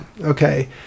Okay